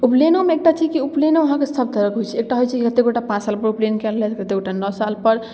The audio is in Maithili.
उपनयनोमे एकटा चीज कि उपनयनो अहाँके सभ तरहके होइ छै एकटा होइ छै कते गोटा पाँच सालपर उपनयन कए लेलथि कते गोटा नओ सालपर